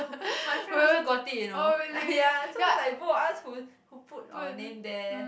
oh my friend also got it you know ah ya so it's like both of us who who put our name there